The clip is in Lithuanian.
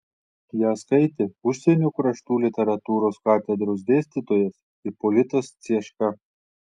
ją skaitė užsienio kraštų literatūros katedros dėstytojas ipolitas cieška